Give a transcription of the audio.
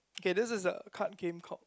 okay this is a card game called